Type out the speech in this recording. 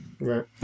Right